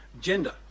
gender